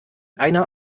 einer